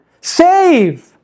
Save